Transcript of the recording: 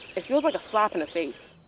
it feels like a slap in the face.